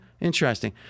Interesting